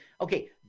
Okay